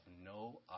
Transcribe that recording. no